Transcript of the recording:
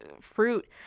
fruit